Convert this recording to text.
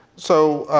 so